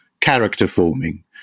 character-forming